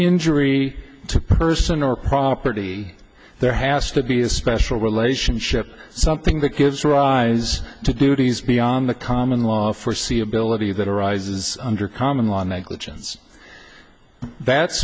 injury to a person or property there has to be a special relationship something that gives rise to duties beyond the common law for c ability that arises under common law negligence